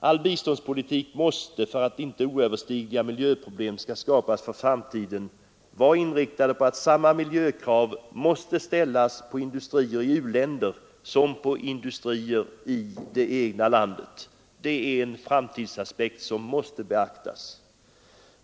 All biståndspolitik måste, för att inte oöverstigliga miljöproblem skall skapas för framtiden, vara inriktad på att samma miljökrav måste ställas på industrier i u-länder som på industrier i det egna landet. Det är en framtidsaspekt som måste beaktas.